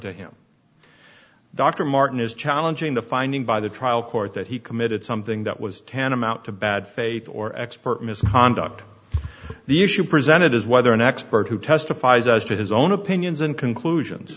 to him dr martin is challenging the finding by the trial court that he committed something that was tantamount to bad faith or expert misconduct the issue presented is whether an expert who testifies as to his own opinions and conclusions